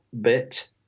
bit